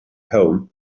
home